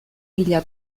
mila